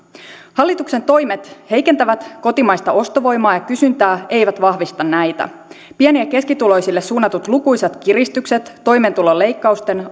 hallituksen toimet heikentävät kotimaista ostovoimaa ja kysyntää eivät vahvista näitä pieni ja keskituloisille suunnatut lukuisat kiristykset toimeentulon leikkausten